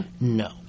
No